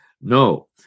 No